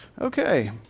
Okay